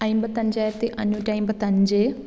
അൻപത്തഞ്ചായിരത്തി അഞ്ഞൂറ്റി അൻപത്തഞ്ച്